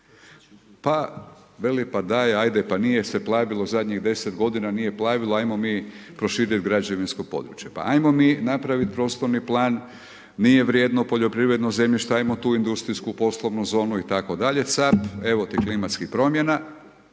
Pa, veli pa daj ajde, pa nije se plavilo zadnjih 10 godina, nije plavilo, ajmo mi proširiti građevinsko područje, pa ajmo mi napraviti prostorni plan, nije vrijedno poljoprivrednog zemljišta, ajmo tu industrijsku poslovnu zonu itd. Cap, evo ti klimatskih promjena